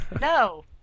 No